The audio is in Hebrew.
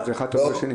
זה לא קשור.